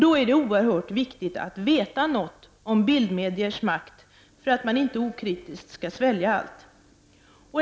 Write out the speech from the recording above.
Då är det oerhört viktigt att veta något om bildmediers makt för att man inte okritiskt skall svälja allt.